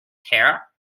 care